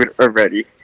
already